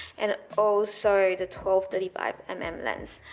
and also the twelve thirty five um and mm lens.